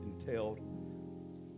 entailed